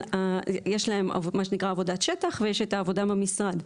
יש להם מה שנקרא עבודת שטח ויש את העבודה במשרד.